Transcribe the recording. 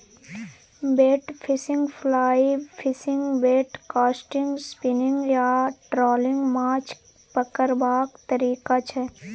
bait fishing, fly fishing, bait casting, spinning आ trolling माछ पकरबाक तरीका छै